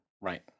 Right